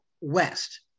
west